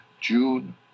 june